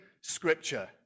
scripture